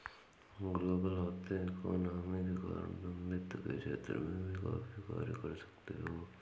global होती economy के कारण तुम वित्त के क्षेत्र में भी काफी कार्य कर सकते हो